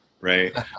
Right